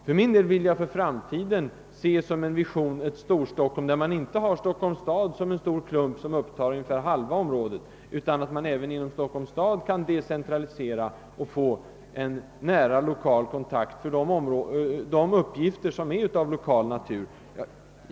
För min del vill jag som en vision se ett Storstockholm, där inte Stockholms stad som en stor klump upptar ungefär halva området, utan där man även kan decentralisera Stockholm, så att det uppstår nära lokal kontakt beträffande uppgifter av lokal natur.